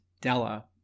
Della